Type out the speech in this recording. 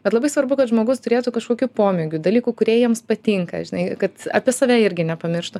bet labai svarbu kad žmogus turėtų kažkokių pomėgių dalykų kurie jiems patinka žinai kad apie save irgi nepamirštų